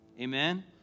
amen